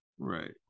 Right